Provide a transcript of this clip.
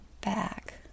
back